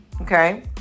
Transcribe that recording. okay